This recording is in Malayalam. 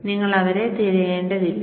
നിങ്ങൾ അവരെ തിരയേണ്ടതില്ല